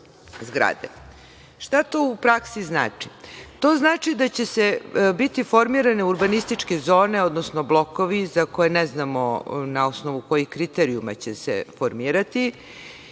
Šta to u praksi znači?